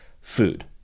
food